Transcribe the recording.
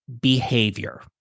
behavior